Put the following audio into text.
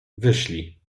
wyszli